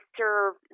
serve